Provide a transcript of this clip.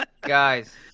Guys